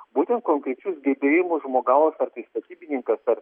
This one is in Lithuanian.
būtent konkrečius gebėjimus žmogaus ar tai statybininkas ar